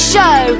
Show